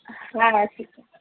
হ্যাঁ